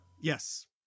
yes